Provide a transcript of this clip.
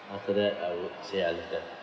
after that I would say I love them